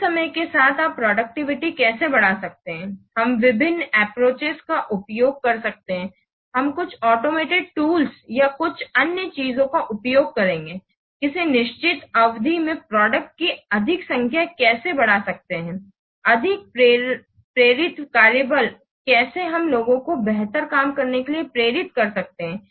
कम समय के साथ आप प्रोडक्टिविटी कैसे बढ़ा सकते हैं हम विभिन्न अप्प्रोचेस का उपयोग कर सकते हैं हम कुछ ऑटोमेटेड टूल्स या कुछ अन्य चीजों का उपयोग करेंगे किसी निश्चित अवधि में प्रोडक्ट की अधिक संख्या कैसे बड़ा सकते है अधिक प्रेरित कार्यबल और कैसे हम लोगों को बेहतर काम करने के लिए प्रेरित कर सकते हैं